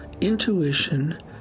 intuition